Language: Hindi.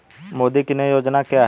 मोदी की नई योजना क्या है?